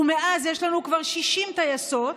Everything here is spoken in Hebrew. ומאז יש לנו כבר 60 טייסות,